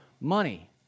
money